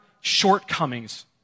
shortcomings